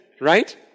Right